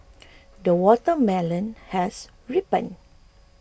the watermelon has ripened